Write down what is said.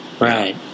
right